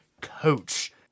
coach